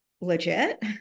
legit